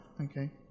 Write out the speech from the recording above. okay